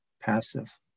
passive